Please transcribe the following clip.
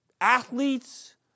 athletes